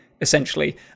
essentially